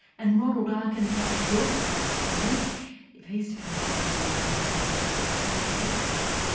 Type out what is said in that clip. and ronald arkin has his work cut out for him if he's to come up with an autonomous agent that behaves ethically.